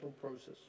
process